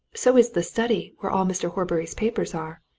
so is the study where all mr. horbury's papers are.